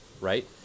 right